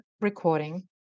recording